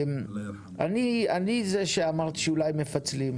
אני זה שאמרתי שאולי מפצלים.